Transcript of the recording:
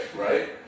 right